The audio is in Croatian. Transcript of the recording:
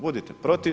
Budite protiv.